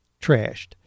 trashed